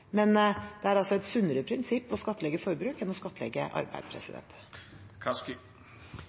men det er et sunnere prinsipp å skattlegge forbruk enn å skattlegge arbeid.